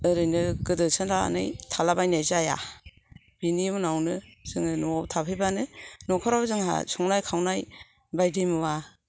ओरैनो गोदोसोनानै थालाबायनाय जाया बिनि उनावनो जोङो न'वाव थाफैबानो न'खराव जोंहा संनाय खावनाय बायदि मुवा